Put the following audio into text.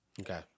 Okay